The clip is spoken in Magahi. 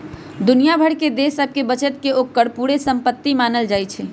दुनिया भर के देश सभके बचत के ओकर पूरे संपति मानल जाइ छइ